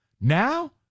Now